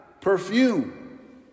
perfume